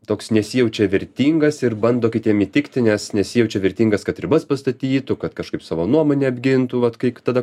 toks nesijaučia vertingas ir bando kitiem įtikti nes nesijaučia vertingas kad ribas pastatytų kad kažkaip savo nuomonę apgintų vat kaip tada